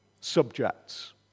subjects